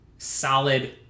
solid